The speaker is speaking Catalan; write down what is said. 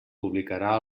publicarà